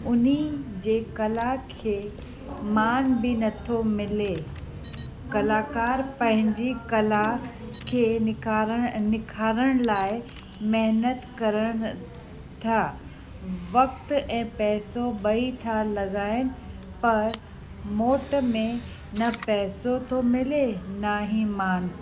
उनी जे कला खे मान बि नथो मिले कलाकार पंहिंजी कला खे निकारण निखारण लाइ महिनत करणु था वक़्तु ऐं पैसो ॿई था लॻाइनि पर मोट में न पैसो थो मिले न ई मानु